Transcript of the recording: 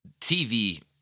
TV